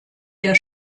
der